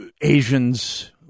Asians